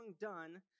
done